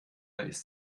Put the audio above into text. ist